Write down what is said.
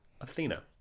Athena